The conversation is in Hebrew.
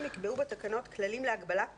יקבעו בתקנות כללים להגבלת פרסומות,